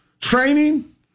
training